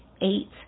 eight